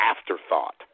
afterthought